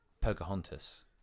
Pocahontas